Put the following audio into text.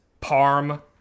parm